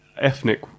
ethnic